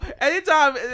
anytime